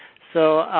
so,